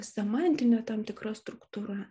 semantinė tam tikra struktūra